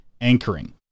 anchoring